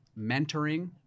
mentoring